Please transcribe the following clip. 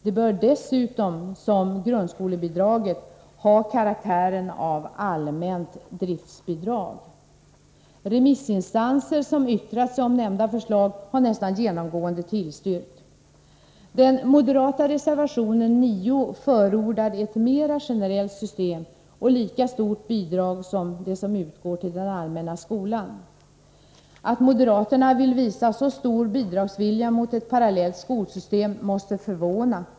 Det bör dessutom som grundskolebidraget ha karaktären av allmänt driftsbidrag. Remissinstanser som yttrat sig om nämnda förslag har nästan genomgående tillstyrkt. Den moderata reservationen 9 förordar ett mera generellt system och lika stort bidrag som det som utgår till den allmänna skolan. Att moderaterna vill visa så stor bidragsvilja mot ett parallellt skolsystem måste förvåna.